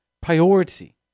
priority